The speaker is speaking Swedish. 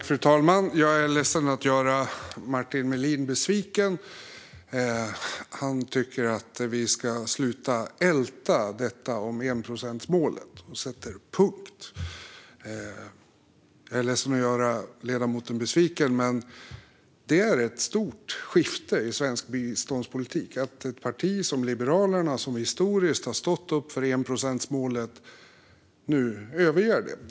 Fru talman! Martin Melin tycker att vi ska sluta att älta detta om enprocentsmålet och sätta punkt. Jag är ledsen att göra ledamoten besviken, men det är ett stort skifte i svensk biståndspolitik att ett parti som Liberalerna som historiskt har stått upp för enprocentsmålet nu överger det.